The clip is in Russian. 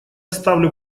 ставлю